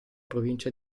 provincia